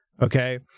Okay